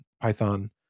Python